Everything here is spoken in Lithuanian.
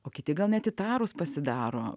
o kiti gal net įtarūs pasidaro